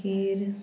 मागीर